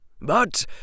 But